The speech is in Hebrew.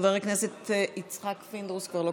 בעד, חבר הכנסת יצחק פינדרוס, כבר לא